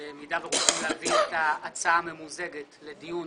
במידה שרוצים להביא את ההצעה הממוזגת לדיון